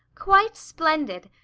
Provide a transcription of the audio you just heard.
quite splendid!